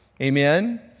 Amen